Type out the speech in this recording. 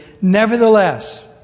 Nevertheless